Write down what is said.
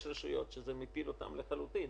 יש רשויות שזה מפיל אותן לחלוטין,